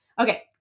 Okay